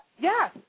Yes